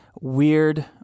weird